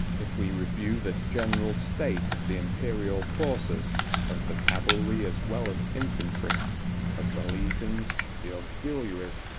if we review this general state of the imperial forces of the cavalry as well as infantry of the legions, the auxiliaries,